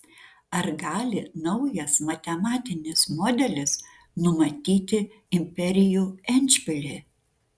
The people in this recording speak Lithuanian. ar gali naujas matematinis modelis numatyti imperijų endšpilį